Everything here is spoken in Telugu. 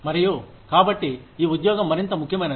మరియు కాబట్టి ఈ ఉద్యోగం మరింత ముఖ్యమైనది